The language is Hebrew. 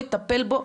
יטפל בו,